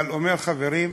אבל הוא אומר: חברים,